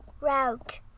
route